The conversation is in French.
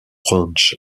ranch